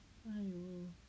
!aiyo!